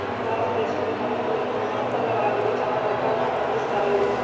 భారతదేశంలో మల్లె పూలను ప్రాంతాల వారిగా చానా రకాలను పండిస్తారు